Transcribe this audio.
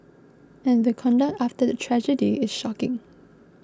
and the conduct after the tragedy is shocking